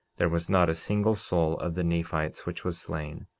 there was not a single soul of the nephites which was slain.